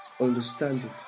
understanding